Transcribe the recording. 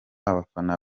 abafana